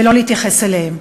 ולא נתייחס אליהם.